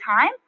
time